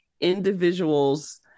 individuals